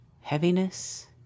heaviness